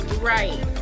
Right